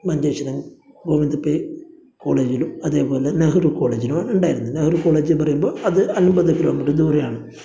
മഞ്ചേശ്വരം ഗോവിന്ദ് പൈ കോളേജിലും അതേപോലെ നെഹ്റു കോളേജിലും ആണ് ഉണ്ടായിരുന്ന് നെഹ്റു കോളേജ് എന്ന് പറയുമ്പോൾ അത് അമ്പത് കിലോമീറ്റർ ദൂരെയാണ്